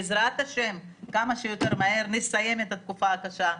בעזרת השם, כמה שיותר מהר נסיים את התקופה הקשה.